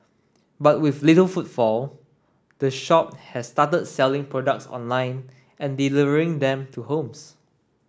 but with little footfall the shop has started selling products online and delivering them to homes